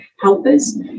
helpers